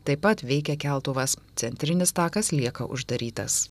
taip pat veikia keltuvas centrinis takas lieka uždarytas